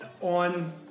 on